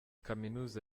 kaminuza